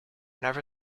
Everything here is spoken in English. never